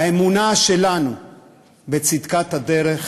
האמונה שלנו בצדקת הדרך,